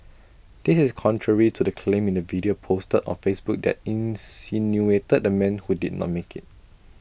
this is contrary to the claim in the video posted on Facebook that insinuated the man who did not make IT